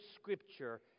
Scripture